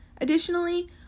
Additionally